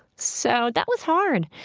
so that was hard.